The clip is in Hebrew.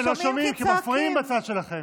לא שומעים, כי מפריעים בצד שלכם.